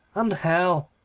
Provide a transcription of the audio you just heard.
and hell,